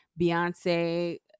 beyonce